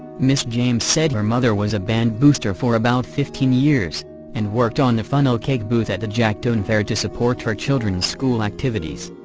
ms. james said her mother was a band booster for about fifteen years and worked on the funnel cake booth at the jacktown fair to support her children's school activities.